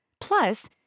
Plus